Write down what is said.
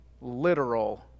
literal